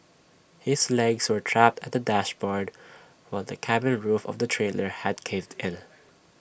his legs were trapped at the dashboard while the cabin roof of the trailer had caved in